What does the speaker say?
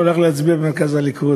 הוא הלך להצביע במרכז הליכוד,